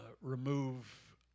remove